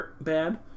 bad